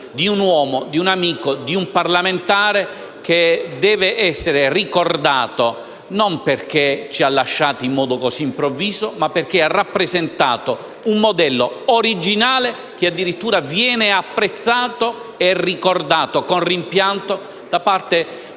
di un uomo, di un amico, di un parlamentare che deve essere ricordato non perché ci ha lasciato in modo così improvviso, ma perché ha rappresentato un modello originale, che addirittura viene apprezzato e ricordato con rimpianto da parte di